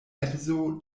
edzo